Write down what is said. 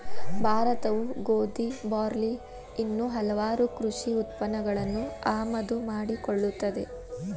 ಭಾರತವು ಗೋಧಿ, ಬಾರ್ಲಿ ಇನ್ನೂ ಹಲವಾಗು ಕೃಷಿ ಉತ್ಪನ್ನಗಳನ್ನು ಆಮದು ಮಾಡಿಕೊಳ್ಳುತ್ತದೆ